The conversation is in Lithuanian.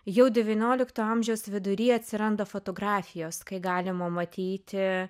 jau devyniolikto amžiaus vidury atsiranda fotografijos kai galima matyti